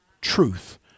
Truth